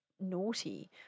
naughty